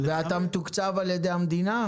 ואתה מתוקצב ע"י המדינה?